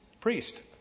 priest